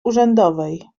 urzędowej